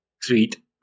Sweet